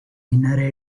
inner